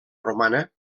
romana